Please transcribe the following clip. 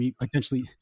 potentially